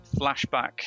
Flashback